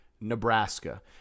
Nebraska